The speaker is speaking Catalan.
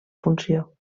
funció